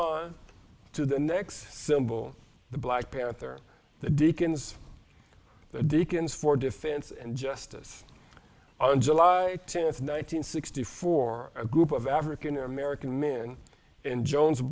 on to the next symbol the black panther the deacons the deacons for defense and justice on july tenth nine hundred sixty four a group of african american men in jones